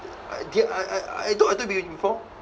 eh I I I I thought I told you before